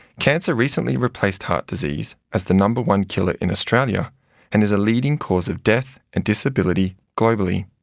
cancer recently replaced heart disease as the number one killer in australia and is a leading cause of death and disability globally.